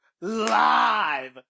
live